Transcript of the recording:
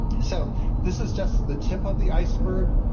so this is just the tip of the iceberg,